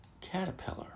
Caterpillar